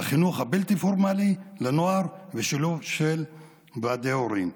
בחינוך הבלתי-פורמלי לנוער בשילוב של ועדי הורים.